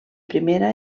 primera